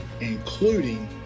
including